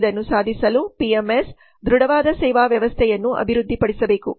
ಇದನ್ನು ಸಾಧಿಸಲು ಪಿಎಂಎಸ್ ದೃಡವಾದ ಸೇವಾ ವ್ಯವಸ್ಥೆಯನ್ನು ಅಭಿವೃದ್ಧಿಪಡಿಸಬೇಕು